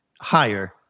higher